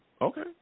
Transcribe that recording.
Okay